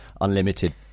unlimited